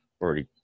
Already